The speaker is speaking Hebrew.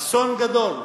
אסון גדול,